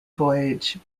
voyage